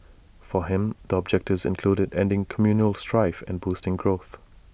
for him the objectives included ending communal strife and boosting growth